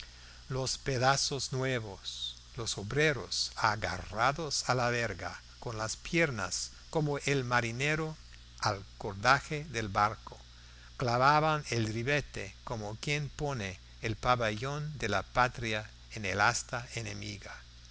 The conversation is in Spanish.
los pedazos nuevos los obreros agarrados a la verga con las piernas como el marinero al cordaje del barco clavaban el ribete como quien pone el pabellón de la patria en el asta enemiga